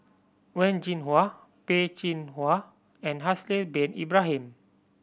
Wen Jinhua Peh Chin Hua and Haslir Bin Ibrahim